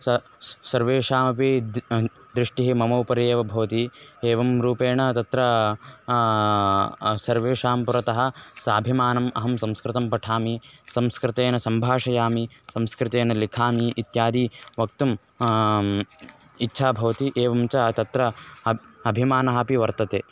स स् सर्वेषामपि द् दृष्टिः मम उपरि एव भवति एवं रूपेण तत्र सर्वेषां पुरतः स्वाभिमानं संस्कृतं पठामि संस्कृतेन सम्भाषयामि संस्कृतेन लिखामि इत्यादि वक्तुम् इच्छा भवति एवं च तत्र अब् अभिमानः अपि वर्तते